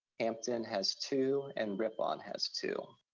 hampton has two, and rippon has two.